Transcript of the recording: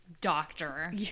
doctor